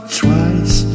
twice